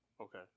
Okay